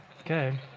Okay